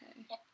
Okay